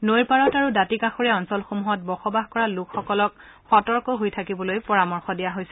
নৈৰ পাৰত আৰু দাঁতিকাষৰীয়া অঞ্চলসমূহত বসবাস কৰা লোকসকলক সতৰ্ক হৈ থৈ থাকিবলৈ পৰামৰ্শ দিয়া হৈছে